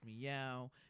meow